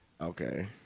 Okay